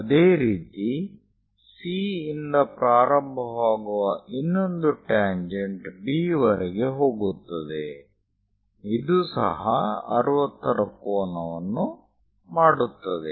ಅದೇ ರೀತಿ C ಇಂದ ಪ್ರಾರಂಭವಾಗುವ ಇನ್ನೊಂದು ಟ್ಯಾಂಜೆಂಟ್ B ವರೆಗೆ ಹೋಗುತ್ತದೆ ಇದು ಸಹ 60 ರ ಕೋನವನ್ನು ಮಾಡುತ್ತದೆ